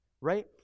right